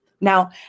Now